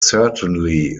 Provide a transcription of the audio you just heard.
certainly